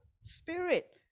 spirit